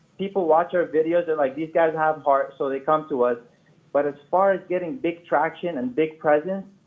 people watch our videos, they're like, these guys have heart so they come to us but as far as getting big traction and big presence,